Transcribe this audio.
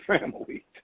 family